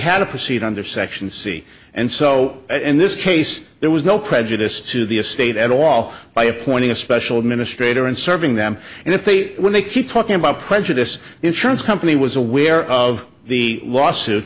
had to proceed under section c and so in this case there was no prejudice to the estate at all by appointing a special administrator and serving them and if they were they keep talking about prejudice insurance company was aware of the lawsuit